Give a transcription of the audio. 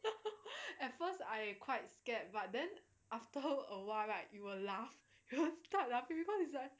at first I quite scared but then after awhile right you will laugh stop lah maybe cause it's like